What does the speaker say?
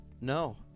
No